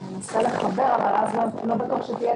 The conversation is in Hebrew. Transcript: אנסה לקצר את דברייך,